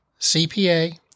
CPA